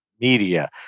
media